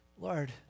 Lord